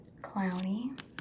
Clowny